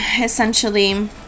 essentially